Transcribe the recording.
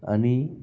आणि